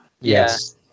Yes